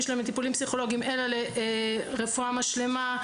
שלהם טיפולים פסיכולוגיים אלא לרפואה משלימה.